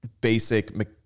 basic